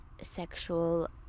sexual